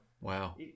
Wow